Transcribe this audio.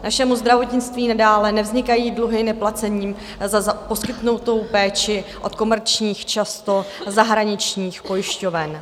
Našemu zdravotnictví nadále nevznikají dluhy neplacením za poskytnutou péči od komerčních, často zahraničních pojišťoven.